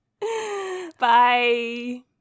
Bye